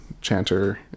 Chanter